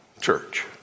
church